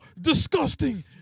disgusting